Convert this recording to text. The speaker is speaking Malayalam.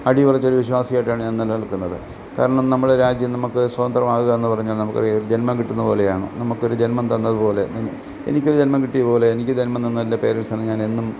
അടിയുറച്ച വിശ്വാസിയായിട്ടാണ് ഞാൻ നിലനിൽക്കുന്നത് കാരണം നമ്മുടെ രാജ്യം നമുക്ക് സ്വാതന്ത്രമാകുക എന്ന് പറഞ്ഞാൽ നമുക്കൊരു ജന്മം കിട്ടുന്ന പോലെയാണ് നമുക്കൊരു ജന്മം തന്നത് പോലെ എനിക്കൊരു ജന്മം കിട്ടിയ പോലെ എനിക്ക് ജന്മം തന്ന എന്റെ പേരെൻസാണ് ഞാനെന്നും